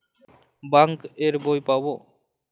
Bank এর বই পাবো?